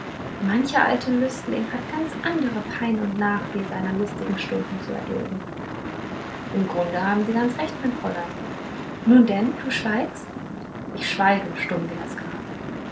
mancher alte lüstling hat ganz andere pein und nachweh seiner lustigen stunden zu erdulden im grunde haben sie ganz recht mein fräulein nun denn du schweigst ich schweige stumm wie das grab